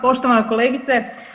Poštovana kolegice.